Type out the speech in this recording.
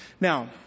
Now